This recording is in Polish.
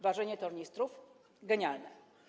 Ważenie tornistrów - genialne.